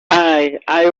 i—i